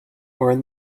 learn